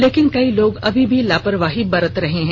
लेकिन कई लोग अभी भी लापरवाही बरत रहे हैं